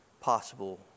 possible